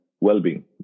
well-being